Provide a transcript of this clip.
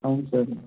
అవును సార్